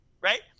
right